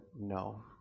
no